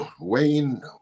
wayne